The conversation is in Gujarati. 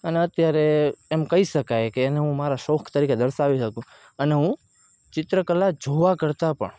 અને અત્યારે એમ કહી શકાય કે એને હું મારા શોખ તરીકે દર્શાવી શકું અને હું ચિત્રકલા જોવા કરતાં પણ